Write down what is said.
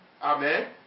Amen